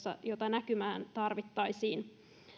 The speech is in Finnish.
joita näkymään tarvittaisiin